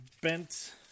bent